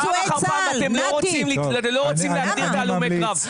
ואתם לא רוצים להגדיר את הלומי הקרב.